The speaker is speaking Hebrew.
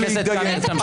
חבר הכנסת קלנר, תמשיך.